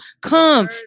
come